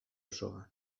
osoa